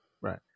Right